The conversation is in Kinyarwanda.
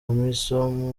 amisom